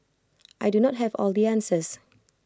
I do not have all the answers